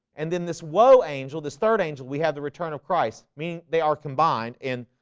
and then this whoa angel this third angel we have the return of christ meaning they are combined and